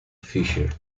fisher